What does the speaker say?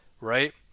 right